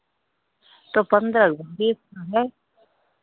तो पंद्रह बीस में